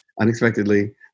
unexpectedly